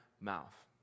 mouth